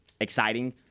exciting